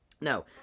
No